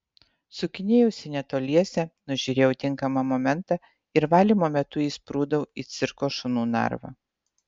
sukinėjausi netoliese nužiūrėjau tinkamą momentą ir valymo metu įsprūdau į cirko šunų narvą